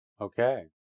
Okay